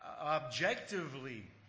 objectively